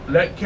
Let